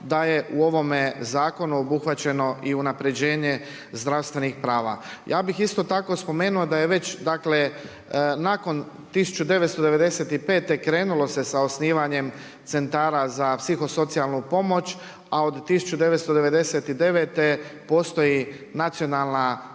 da je u ovome zakonu obuhvaćeno i unapređenje zdravstvenih prava. Ja bih isto tako spomenuo, da je već nakon 1995. krenulo se sa osnivanjem centrala za psihosocijalnu pomoć, a od 1999. postoji nacionalna